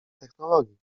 technologii